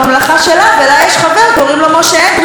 הוא לא רוצה לוותר על 3.90 מכל כרטיס.